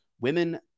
women